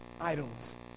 idols